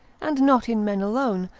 and not in men alone,